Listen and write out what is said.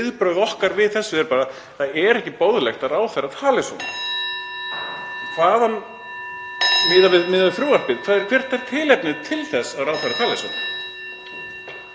viðbrögð okkar við þessu eru bara: Það er ekki boðlegt að ráðherra tali svona. Miðað við frumvarpið, hvert er tilefnið til að ráðherra tali svona?